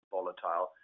volatile